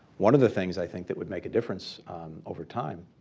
one of the things i think that would make a difference over time,